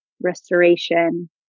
restoration